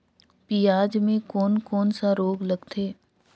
पियाज मे कोन कोन सा रोग लगथे?